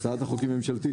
הצעת החוק היא ממשלתית.